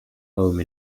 home